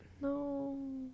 No